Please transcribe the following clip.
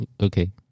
Okay